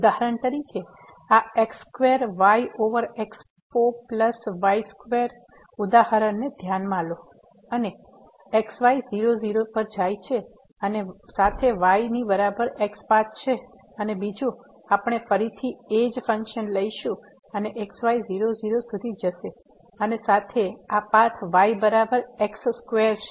ઉદાહરણ તરીકે આ x square y over x4 plus y square ઉદાહરણને ધ્યાનમાં લો અને x y 0 0 પર જાય છે અને સાથે y ની બરાબર x પાથ છે અને બીજું આપણે ફરીથી એ જ ફંકશન લઈશું અને x y 00 સુધી જશે અને સાથે આ પાથ y બરાબર x સ્ક્વેર છે